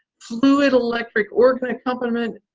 fluid electric organ accompaniment,